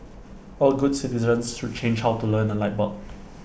all good citizens should change how to learn A light bulb